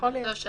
יכול להיות.